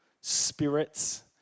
spirits